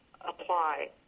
apply